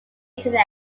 internet